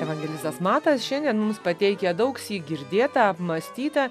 evangelistas matas šiandien mums pateikia daugsyk girdėtą apmąstytą